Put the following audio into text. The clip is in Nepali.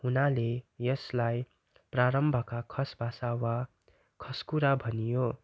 हुनाले यसलाई प्रारम्भका खस भाषा वा खस कुरा भनियो